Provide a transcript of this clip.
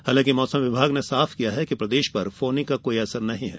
हालांकि मौसम विभाग ने साफ किया है कि प्रदेश पर फोनी का कोई असर नहीं है